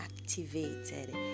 Activated